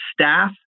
staff